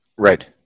Right